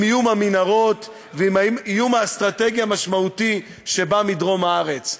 עם איום המנהרות ועם האיום האסטרטגי המשמעותי שבא מדרום הארץ.